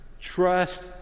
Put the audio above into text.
Trust